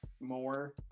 more